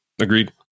agreed